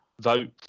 vote